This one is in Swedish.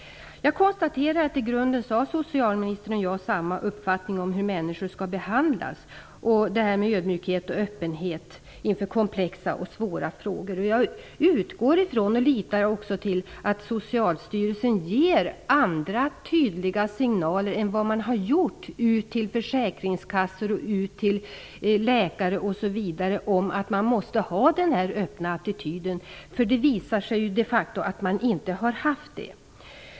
Jag konstaterar att socialministern och jag i grunden har samma uppfattning om hur människor skall behandlas och att man skall ha ödmjukhet och öppenhet inför komplexa och svåra frågor. Jag utgår ifrån och litar också till att Socialstyrelsen ger andra tydliga signaler än vad den hittills har gjort ut till försäkringskassor, läkare, osv. om att man måste ha denna öppna attityd. Det har de facto visat sig att man inte har haft det.